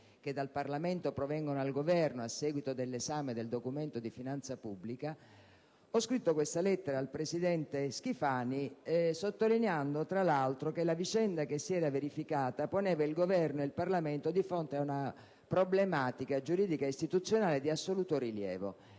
che dal Parlamento provengono al Governo a seguito di tale esame, ho scritto questa lettera al presidente Schifani, sottolineando tra l'altro che la vicenda che si era verificata poneva il Governo e il Parlamento di fronte ad una problematica giuridica ed istituzionale di assoluto rilievo,